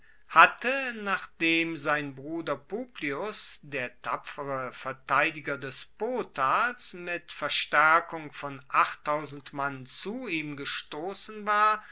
hatte nachdem sein bruder publius der tapfere verteidiger des potals mit verstaerkung von mann zu ihm gestossen war